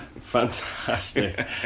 fantastic